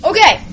Okay